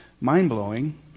mind-blowing